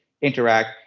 interact